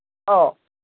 ꯑꯧ